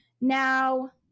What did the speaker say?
Now